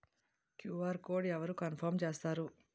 QR code అవరు confirm చేస్తారు?